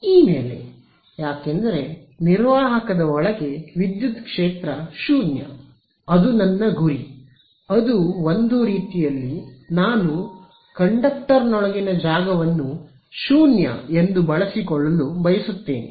E ಮೇಲೆ ಏಕೆಂದರೆ ನಿರ್ವಾಹಕದ ಒಳಗೆ ವಿದ್ಯುತ್ ಕ್ಷೇತ್ರ 0 ಇದು ನನ್ನ ಗುರಿ ಅದು ಒಂದು ರೀತಿಯಲ್ಲಿ ನಾನು ಕಂಡಕ್ಟರ್ನೊಳಗಿನ ಜಾಗವನ್ನು 0 ಎಂದು ಬಳಸಿಕೊಳ್ಳಲು ಬಯಸುತ್ತೇನೆ